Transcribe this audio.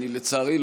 לצערי,